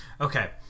okay